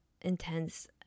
intense